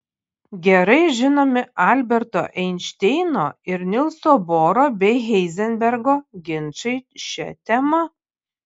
gerai žinomi alberto einšteino ir nilso boro bei heizenbergo ginčai šia tema